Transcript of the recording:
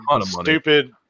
stupid